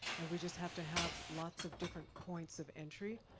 and we just have to have lots of different points of entry.